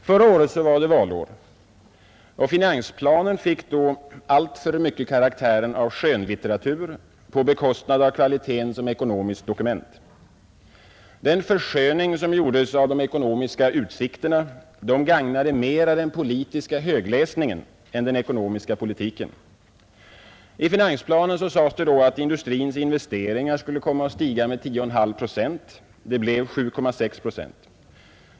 Förra året var det valår och finansplanen fick då alltför mycket karaktären av skönlitteratur på bekostnad av kvaliteten som ekonomiskt dokument. Den försköning som gjordes av de ekonomiska utsikterna gagnade mera den politiska högläsningen än den ekonomiska politiken. I finansplanen sades det då att industrins investeringar skulle komma att stiga med 10,5 procent. Det blev 7,6 procent.